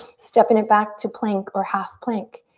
steppin' it back to plank or half plank.